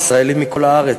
ישראלים מכל הארץ,